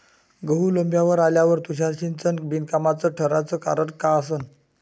गहू लोम्बावर आल्यावर तुषार सिंचन बिनकामाचं ठराचं कारन का असन?